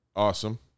Awesome